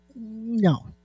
no